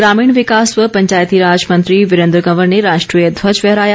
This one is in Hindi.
ग्रामीण विकास व पंचायतीराज मंत्री वीरेंद्र कंवर ने राष्ट्रीय ध्वज फहराया